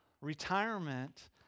Retirement